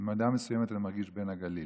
במידה מסוימת אני מרגיש בן הגליל.